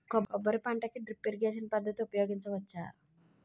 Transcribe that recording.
కొబ్బరి పంట కి డ్రిప్ ఇరిగేషన్ పద్ధతి ఉపయగించవచ్చా?